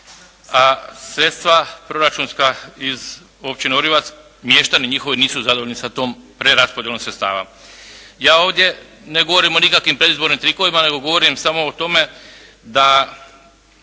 a sredstva proračunska iz općine Oriovac mještani njihovi nisu zadovoljni sa tom preraspodjelom sredstava. Ja ovdje ne govorim o nikakvim predizbornim trikovima nego govorim samo o tome da